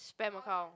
spam account